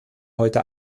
heute